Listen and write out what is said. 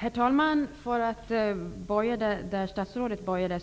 Herr talman! Jag börjar där statsrådet började.